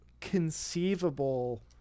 conceivable